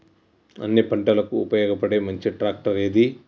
అన్ని పంటలకు ఉపయోగపడే మంచి ట్రాక్టర్ ఏది?